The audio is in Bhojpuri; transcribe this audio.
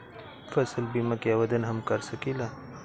फसल बीमा के आवेदन हम कर सकिला?